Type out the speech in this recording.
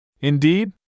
Indeed